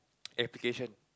application